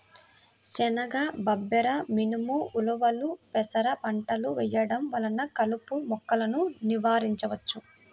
శనగ, బబ్బెర, మినుము, ఉలవలు, పెసర పంటలు వేయడం వలన కలుపు మొక్కలను నివారించవచ్చు